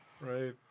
Right